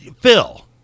phil